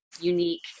unique